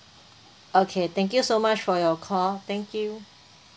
okay thank you so much for your call thank you